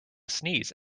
sneeze